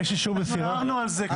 אדוני היושב ראש,